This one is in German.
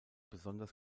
besonders